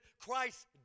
Christ